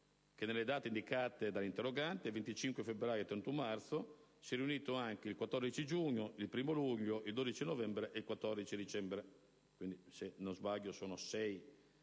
nelle date indicate dall'interrogante (25 febbraio e 31 marzo), il Comitato si è riunito il 14 giugno, il 1° luglio, il 12 novembre e il 14 dicembre: